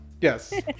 Yes